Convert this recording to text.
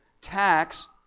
tax